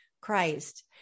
christ